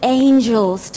angels